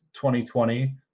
2020